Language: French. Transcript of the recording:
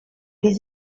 les